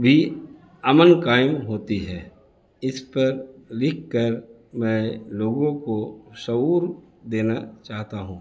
بھی امن قائم ہوتی ہے اس پر لکھ کر میں لوگوں کو شعور دینا چاہتا ہوں